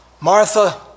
Martha